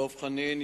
דב חנין,